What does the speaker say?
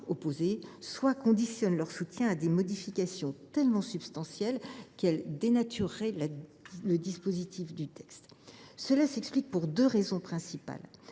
soit conditionnent leur soutien à des modifications tellement substantielles qu’elles dénatureraient le dispositif du texte. Cela tient à deux raisons principales